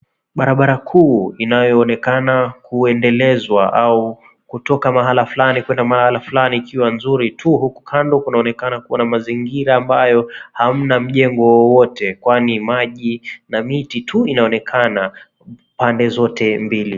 Barabara kuu inayoonekana kuendelezwa au kutoka mahala fulani kwenda mahala fulani ikiwa nzuri tu huku kando kunaonekana kuwa na mazingira ambayo hamna mjengo wowote kwani maji na miti tu inaonekana pande zote mbili.